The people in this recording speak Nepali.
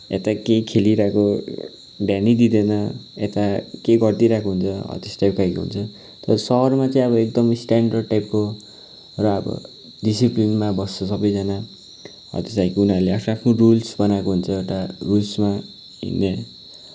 यता केही खेलिरहेको ध्यानै दिँदैन यता के गरिदिरहेको हुन्छ हो त्यस्तो खालके हुन्छ नि तर सहरमा चाहिँ एकदम स्ट्यान्डर्ड टाइपको र अब डिसिप्लिनमा बस्छ सबैजना हो त्यस्तो खालको उनीहरूले आफ्नो आफ्नो रुल्स बनाएको हुन्छ एउटा रुल्समा हिँड्ने